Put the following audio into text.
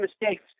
mistakes